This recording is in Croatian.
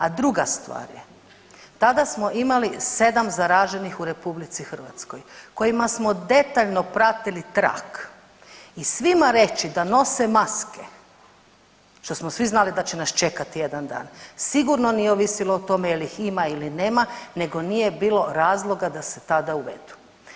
A druga stvar je tada smo imali 7 zaraženih u RH kojima smo detaljno pratili trag i svima reći da nose maske što smo svi znali da će nas čekati jedan dan sigurno nije ovisilo o tome jel ih ima ili nema nego nije bilo razloga da se tada uvedu.